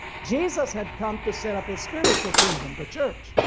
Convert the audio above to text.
jesus had come to set up his spiritual kingdom the church,